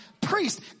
priest